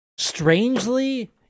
strangely